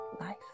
life